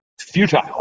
futile